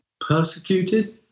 persecuted